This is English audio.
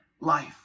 life